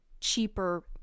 cheaper